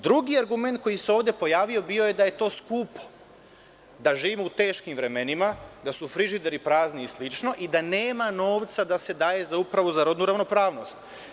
Drugi argument koji se ovde pojavio bio je da je to skupo, da živimo u teškim vremenima, da su frižideri prazni i slično i da nema novca da se daje za Upravu za rodnu ravnopravnost.